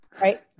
Right